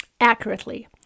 accurately